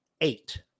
eight